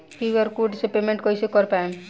QR code से payment कईसे कर पाएम?